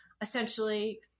essentially –